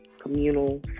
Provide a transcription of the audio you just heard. communal